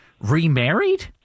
remarried